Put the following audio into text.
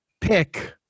pick